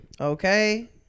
Okay